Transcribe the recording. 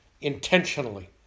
intentionally